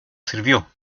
sirvió